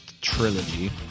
Trilogy